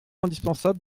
indispensable